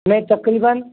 میں تقریباً